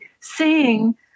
sing